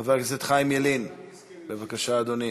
חבר הכנסת חיים ילין, בבקשה, אדוני.